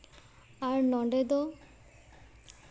ᱟᱨ ᱱᱚᱰᱮ ᱫᱚ